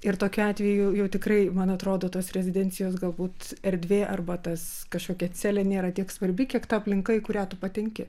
ir tokiu atveju jau tikrai man atrodo tos rezidencijos galbūt erdvė arba tas kažkokia celė nėra tiek svarbi kiek ta aplinka į kurią tu patenki